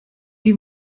die